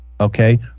okay